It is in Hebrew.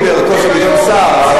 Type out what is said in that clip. בלי להוריד מערכו של גדעון סער,